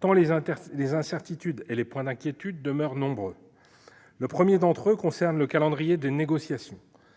tant les incertitudes et les points d'inquiétude demeurent nombreux. Le premier d'entre eux concerne le calendrier des négociations.